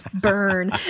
burn